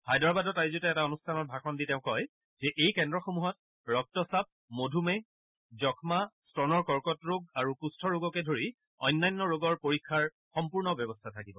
হায়দৰাবাদত আয়োজিত এটা অনুষ্ঠানত ভাষণ দি তেওঁ কয় যে এই কেন্দ্ৰসমূহত ৰক্তচাপ মধুমেহ যক্ষ্মা স্তনৰ কৰ্কট ৰোগ আৰু কুষ্ঠৰোগকে ধৰি অন্যান্য ৰোগৰ পৰীক্ষাৰ সম্পূৰ্ণ ব্যৱস্থা থাকিব